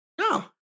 No